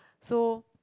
so